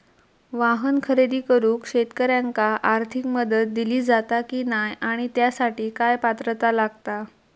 वाहन खरेदी करूक शेतकऱ्यांका आर्थिक मदत दिली जाता की नाय आणि त्यासाठी काय पात्रता लागता?